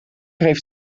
heeft